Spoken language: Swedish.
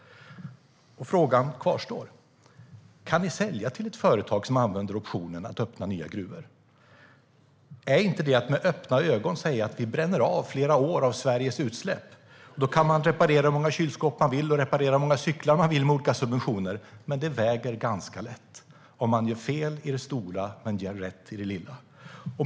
Frågan kvarstår: Kan vi sälja till ett företag som använder optionen att öppna nya gruvor? Är inte det att med öppna ögon säga att vi bränner av flera år av Sveriges utsläpp? Man kan reparera hur många kylskåp eller cyklar man vill med olika subventioner - det väger ganska lätt i sammanhanget. Man gör fel i det stora men rätt i det lilla.